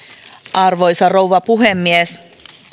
arvoisa rouva puhemies